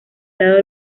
lado